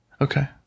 okay